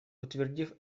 утвердив